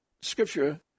scripture